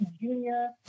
junior